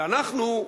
ואנחנו,